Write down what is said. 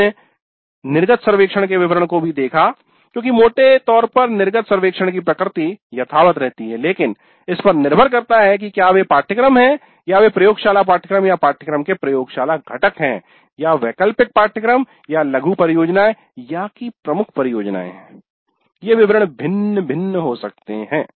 हमने निर्गत सर्वेक्षण के विवरण को भी देखा क्योंकि मोटे तौर पर निर्गत सर्वेक्षण की प्रकृति यथावत रहती है लेकिन इस पर निर्भर करता है कि क्या वे पाठ्यक्रम हैं या वे प्रयोगशाला पाठ्यक्रम या पाठ्यक्रम के प्रयोगशाला घटक हैं या वैकल्पिक पाठ्यक्रम या लघु परियोजनाएं या प्रमुख परियोजनाएं हैं ये विवरण भिन्न भिन्न हो सकते हैं